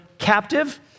captive